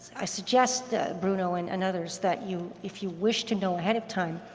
i suggest bruno and and others that you if you wish to know ahead of time,